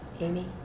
Amy